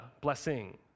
blessing